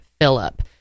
Philip